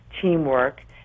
teamwork